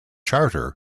charter